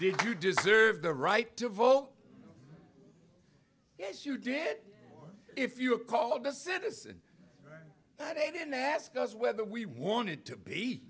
did you deserve the right to vote yes you did if you were called a citizen that they didn't ask us whether we wanted to be